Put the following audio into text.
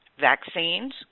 vaccines